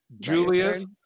Julius